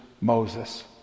Moses